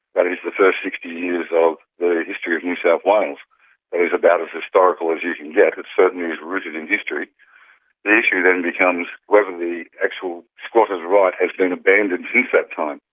that is the first sixty years of the history of new south wales, that is about as historical as you can get. it certainly is rooted in history. the issue then becomes whether the actual squatters' right has been abandoned since that time.